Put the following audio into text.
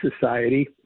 society